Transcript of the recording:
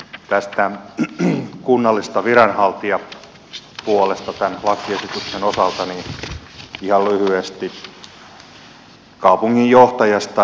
tästä kunnallisesta viranhaltijapuolesta tämän lakiesityksen osalta ihan lyhyesti kaupunginjohtajasta